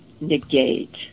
negate